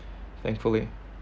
thankfully